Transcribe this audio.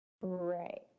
Right